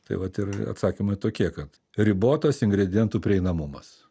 tai vat ir atsakymai tokie kad ribotas ingredientų prieinamumas